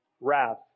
wrath